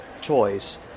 choice